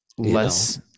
Less